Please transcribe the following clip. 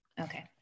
okay